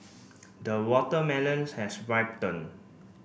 the watermelons has